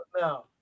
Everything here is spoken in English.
now